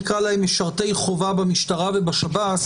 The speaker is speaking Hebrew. נקרא להם, משרתי חובה במשטרה ובשב"ס.